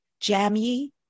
Jammy